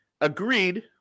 agreed